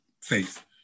faith